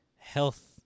Health